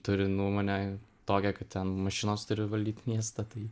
turi nuomonę tokią kad ten mašinos turi valdyti miestą tai